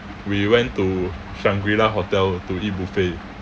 we went to shangri-la hotel to eat buffet